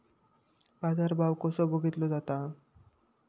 बाजार भाव कसो बघीतलो जाता?